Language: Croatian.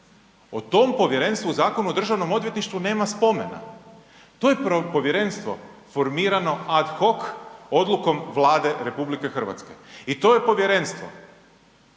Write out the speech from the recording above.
O tom povjerenstvu u Zakonu o Državnom odvjetništvu nema spomena. To je povjerenstvo formirano ad foch odlukom Vlade RH i to je povjerenstvo